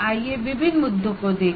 आइए विभिन्न मुद्दों को देखें